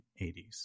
1980s